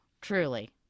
Truly